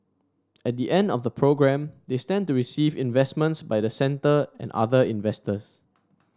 at the end of the programme they stand to receive investments by the centre and other investors